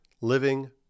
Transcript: living